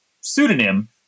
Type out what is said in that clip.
pseudonym